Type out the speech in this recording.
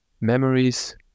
memories